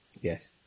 Yes